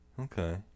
Okay